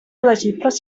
elegibles